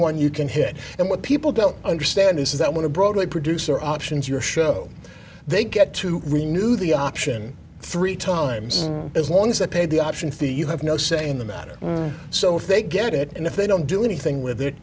one you can hit and what people don't understand is that when a broadway producer options your show they get to renewed the option three times as long as they pay the option fee you have no say in the matter so if they get it and if they don't do anything with it